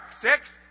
Six